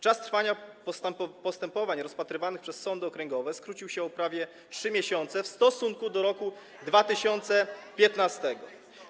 Czas trwania postępowań rozpatrywanych przez sądy okręgowe skrócił się o prawie 3 miesiące w stosunku do roku 2015.